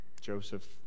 Joseph